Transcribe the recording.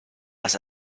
dass